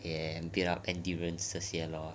ya build up endurance 这些 loh